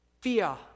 Fear